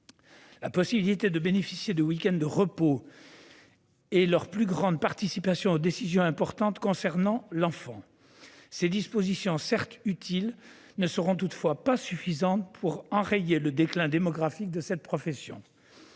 ils pourront bénéficier de week-ends de repos et participeront davantage aux décisions importantes concernant l'enfant. Ces dispositions, certes utiles, ne seront toutefois pas suffisantes pour enrayer le déclin démographique de cette profession.